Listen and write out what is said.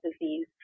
disease